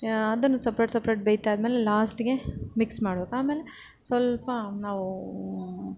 ಅದನ್ನು separate separate ಬೇಯ್ತಾದ್ಮೇಲೆ ಲಾಸ್ಟಿಗೆ ಮಿಕ್ಸ್ ಮಾಡ್ಬೇಕು ಆಮೇಲೆ ಸ್ವಲ್ಪ ನಾವೂ